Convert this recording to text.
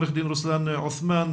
עו"ד רוסלאן עותמאן,